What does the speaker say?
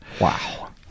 Wow